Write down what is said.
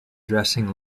dressing